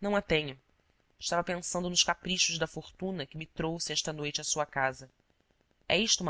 não a tenho estava pensando nos caprichos da fortuna que me trouxe esta noite à sua casa é isto